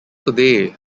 today